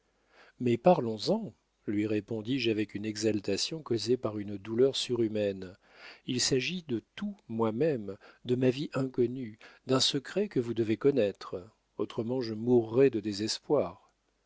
mais parlons-en lui répondis-je avec une exaltation causée par une douleur surhumaine il s'agit de tout moi-même de ma vie inconnue d'un secret que vous devez connaître autrement je mourrais de désespoir